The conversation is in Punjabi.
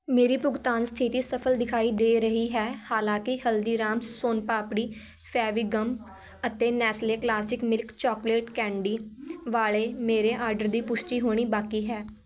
ਮੇਰੀ ਭੁਗਤਾਨ ਸਥਿਤੀ ਸਫਲ ਦਿਖਾਈ ਦੇ ਰਹੀ ਹੈ ਹਾਲਾਂਕਿ ਹਲਦੀ ਰਾਮ ਸੋਨ ਪਾਪੜੀ ਫੇਵੀ ਗਮ ਅਤੇ Nestle classic milk chocolate candy ਵਾਲੇ ਮੇਰੇ ਆਰਡਰ ਦੀ ਪੁਸ਼ਟੀ ਹੋਣੀ ਬਾਕੀ ਹੈ